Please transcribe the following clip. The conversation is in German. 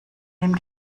dem